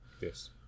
Yes